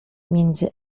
między